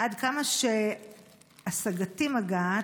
עד כמה שהשגתי מגעת,